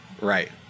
Right